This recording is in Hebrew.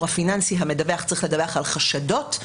הפיננסי המדווח צריך לדווח על חשדות,